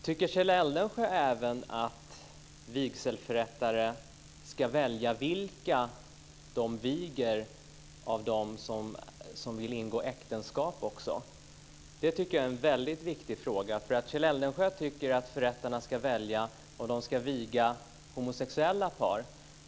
Tycker Kjell Eldensjö även att vigselförrättare ska kunna välja vilka av dem som vill ingå äktenskap som de viger? Det tycker jag är en väldigt viktig fråga. Kjell Eldensjö tycker att förrättarna ska kunna välja om de ska viga homosexuella par.